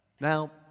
Now